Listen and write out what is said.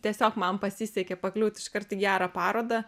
tiesiog man pasisekė pakliūt iškart į gerą parodą